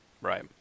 right